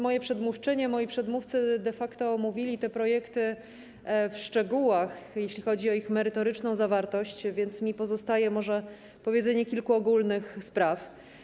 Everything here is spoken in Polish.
Moje przedmówczynie i moi przedmówcy de facto omówili te projekty w szczegółach, jeśli chodzi o ich merytoryczną zawartość, więc pozostanie mi powiedzenie o kilku ogólnych sprawach.